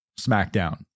SmackDown